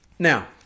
Now